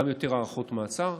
גם יותר הארכות מעצר.